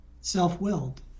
self-willed